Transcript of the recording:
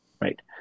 Right